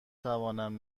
توانم